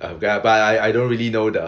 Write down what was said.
but I I don't really know the